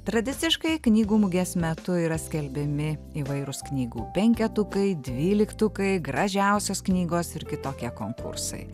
tradiciškai knygų mugės metu yra skelbiami įvairūs knygų penketukai dvyliktukai gražiausios knygos ir kitokie konkursai